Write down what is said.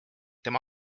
tema